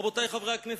רבותי חברי הכנסת,